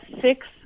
six